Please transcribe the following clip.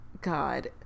God